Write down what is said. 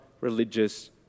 religious